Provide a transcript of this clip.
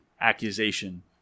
accusation